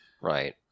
Right